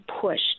pushed